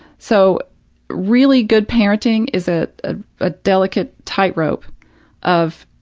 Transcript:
so really good parenting is a ah ah delicate tightrope of